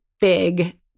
big